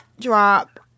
drop